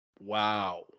Wow